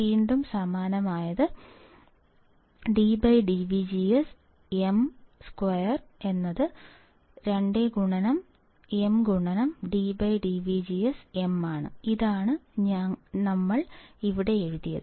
വീണ്ടും സമാനമായത് dm2 dVGS 2mdmdVGS ഇതാണ് ഞങ്ങൾ ഇവിടെ എഴുതിയത്